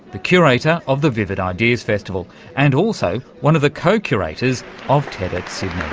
the curator of the vivid ideas festival and also one of the co-curators of tedxsydney.